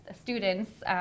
students